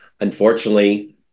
Unfortunately